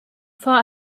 far